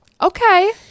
Okay